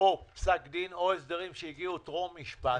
או פסק דין או הסדרים שהגיעו טרום משפט,